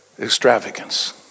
extravagance